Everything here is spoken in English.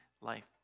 life